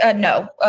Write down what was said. ah no,